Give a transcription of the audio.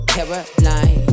Caroline